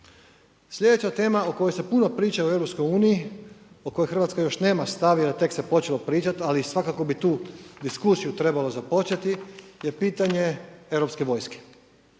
Slijedeća tema o kojoj se puno priča u EU, o kojoj Hrvatska još nema stav, jer tek se počelo pričat, ali svakako bi tu diskusiju trebalo započeti, je pitanje europske vojske.